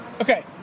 Okay